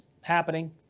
happening